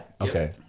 Okay